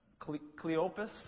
Cleopas